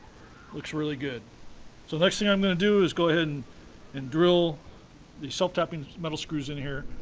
looks really good so the next thing i'm gonna do is go ahead and and drill the self-tapping metal screws in here.